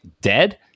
dead